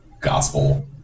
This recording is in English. gospel